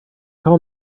call